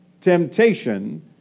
temptation